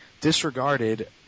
disregarded